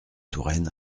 touraine